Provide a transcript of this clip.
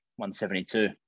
172